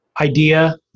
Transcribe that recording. idea